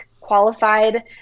qualified